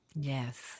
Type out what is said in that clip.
Yes